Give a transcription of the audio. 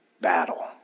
Battle